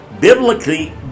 biblically